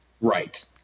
Right